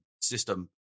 system